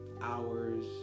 hours